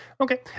Okay